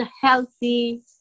healthy